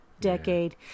decade